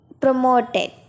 promoted